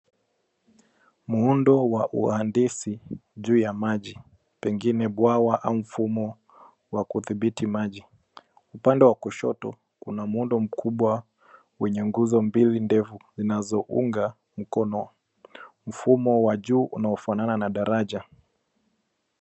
Muundo wa uandisi juu ya maji pengine bwawa au mfumo wa kudhibiti maji. Upande wa kushoto, kuna muundo mkubwa wenye nguzo mbili ndefu zinazounga mkono mfumo wa juu unaofanana na daraja.